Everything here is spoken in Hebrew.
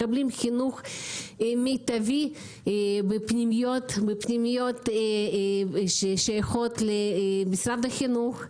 מקבלים חינוך מיטבי בפנימיות ששייכות למשרד החינוך,